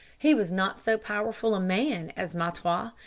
he was not so powerful a man as mahtawa,